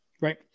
Right